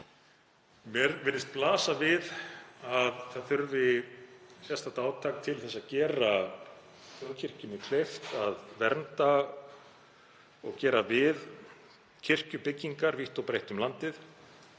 Mér virðist blasa við að sérstakt átak þurfi til að gera þjóðkirkjunni kleift að vernda og gera við kirkjubyggingar vítt og breitt um landið